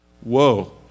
whoa